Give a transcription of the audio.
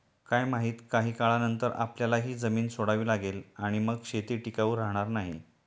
काय माहित, काही काळानंतर आपल्याला ही जमीन सोडावी लागेल आणि मग शेती टिकाऊ राहणार नाही